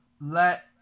let